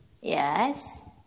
Yes